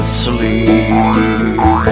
sleep